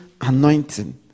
anointing